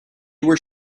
were